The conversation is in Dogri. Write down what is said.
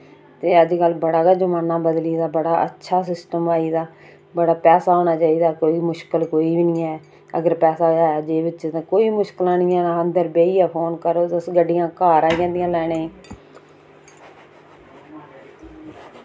ते अज्जकल बड़ा गै जमाना बदली दा बड़ा अच्छा सिस्टम आई दा बड़ा पैसा होना चाहिदा बड़ी मुश्कल कोई बी निं ऐ अगर पैसा होऐ जेब बिच ते कोई मुश्कलां निं हैन अंदर बेहियै फोन करो तुस गड्डियां घर आई जंदियां लैने गी